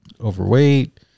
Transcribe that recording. overweight